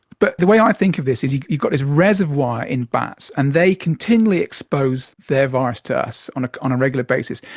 but the way i think of this is you've got this reservoir in bats and they continually expose their virus to us on ah on a regular basis.